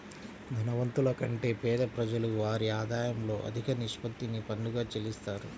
ధనవంతుల కంటే పేద ప్రజలు వారి ఆదాయంలో అధిక నిష్పత్తిని పన్నుగా చెల్లిత్తారు